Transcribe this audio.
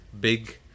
big